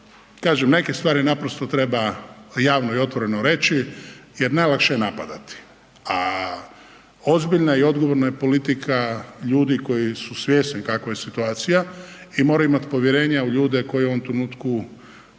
Kažem, neke stvari naprosto treba javno i otvoreno reći jer najlakše je napadati. A ozbiljna i odgovorna je politika ljudi koji su svjesni kakva je situacija i moraju imat povjerenja u ljude koji u ovom trenutku izvršno